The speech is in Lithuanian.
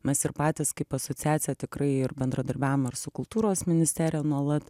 mes ir patys kaip asociacija tikrai ir bendradarbiaujam ir su kultūros ministerija nuolat